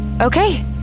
Okay